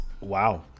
Wow